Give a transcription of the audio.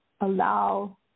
allow